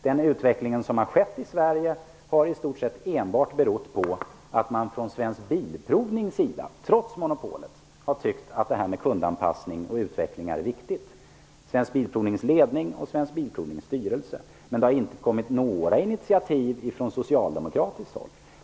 Den utveckling som har skett i Sverige har i stort sett berott enbart på att Svensk Bilprovnings styrelse trots monopolet har tyckt att kundanpassning och utveckling är någonting viktigt. Men det har inte kommit några initiativ från socialdemokratiskt håll.